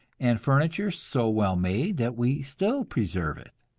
and furniture so well made that we still preserve it.